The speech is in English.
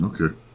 Okay